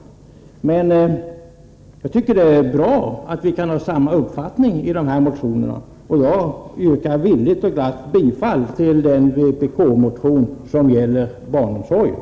Jag tycker emellertid att det är bra att vi kan ha samma uppfattning, och jag yrkar glatt bifall till vpk-motionen om barnomsorgen.